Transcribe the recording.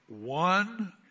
one